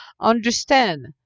understand